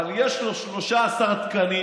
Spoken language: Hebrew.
אבל יש לו 13 תקנים,